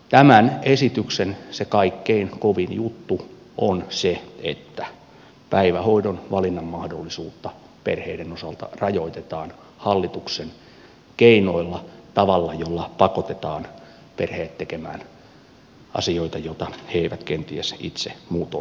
tämän esityksen se kaikkein kovin juttu on se että päivähoidon valinnanmahdollisuutta perheiden osalta rajoitetaan hallituksen keinoilla tavalla jolla pakotetaan perheet tekemään asioita joita he eivät kenties itse muutoin tekisi